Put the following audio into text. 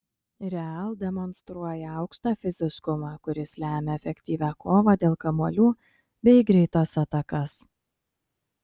real demonstruoja aukštą fiziškumą kuris lemia efektyvią kovą dėl kamuolių bei greitas atakas